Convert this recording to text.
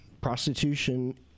prostitution